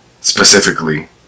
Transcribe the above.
specifically